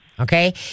okay